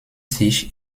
sich